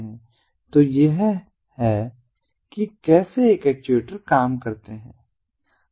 तो यह है कि कैसे यह एक्चुएटर्स काम करते हैं